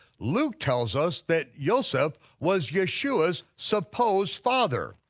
luke tells us that yoseph was yeshua's supposed father.